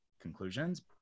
conclusions